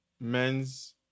Men's